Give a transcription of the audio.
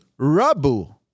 Rabu